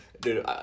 Dude